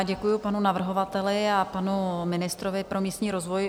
Děkuji panu navrhovateli a panu ministrovi pro místní rozvoj.